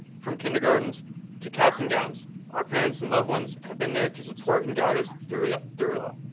from kindergartens to caps and gowns our parents and loved ones have been there to support and guide us through it ah through it all.